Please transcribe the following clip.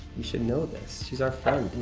you should know this, she's our